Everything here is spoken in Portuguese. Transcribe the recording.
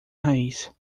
raiz